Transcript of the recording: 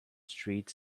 street